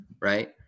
right